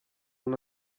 una